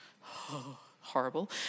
horrible